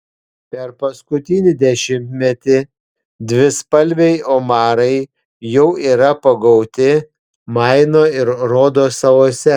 per paskutinį dešimtmetį dvispalviai omarai jau yra pagauti maino ir rodo salose